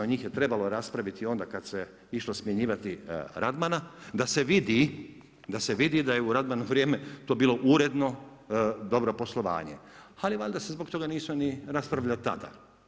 Njih je trebalo raspraviti onda kada se išlo smjenjivati Radmana da se vidi, da se vidi da je u Radmanovo vrijeme to bilo uredno dobro poslovanje, ali valjda se zbog toga nisu ni raspravljali tada.